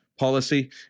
Policy